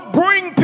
bring